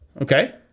Okay